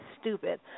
stupid